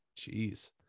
Jeez